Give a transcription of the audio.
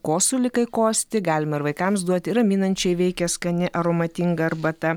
kosulį kai kosti galima ir vaikams duoti raminančiai veikia skani aromatinga arbata